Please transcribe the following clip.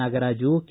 Nagaraju K